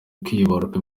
kwibaruka